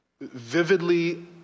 vividly